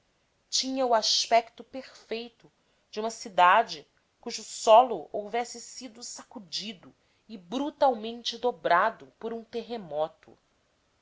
tinha o aspecto perfeito de uma cidade cujo solo houvesse sido sacudido e brutalmente dobrado por um terremoto